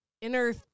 inner